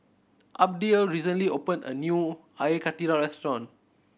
Abdiel recently opened a new Air Karthira restaurant